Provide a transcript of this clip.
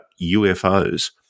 UFOs